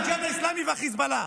הג'יהאד האסלאמי והחיזבאללה.